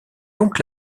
donc